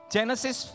Genesis